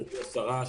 גברתי השרה,